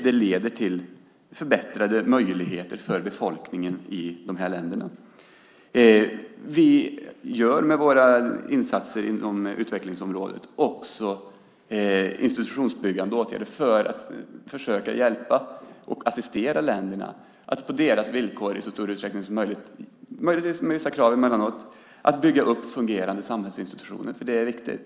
Det leder till förbättrade möjligheter för befolkningen i de här länderna. Vi vidtar med våra insatser på utvecklingsområdet också institutionsbyggande åtgärder för att försöka hjälpa och assistera länderna att i så stor utsträckning som möjligt på deras villkor - möjligtvis med vissa krav emellanåt - bygga upp fungerande samhällsinstitutioner. Det är viktigt.